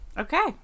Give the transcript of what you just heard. Okay